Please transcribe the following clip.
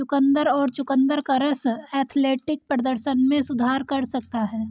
चुकंदर और चुकंदर का रस एथलेटिक प्रदर्शन में सुधार कर सकता है